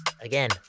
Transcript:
Again